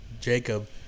Jacob